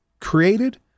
created